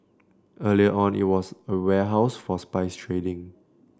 earlier on it was a warehouse for spice trading